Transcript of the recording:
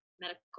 medical